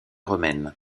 romaine